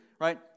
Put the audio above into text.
right